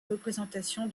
représentation